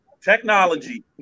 Technology